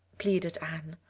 pleaded anne.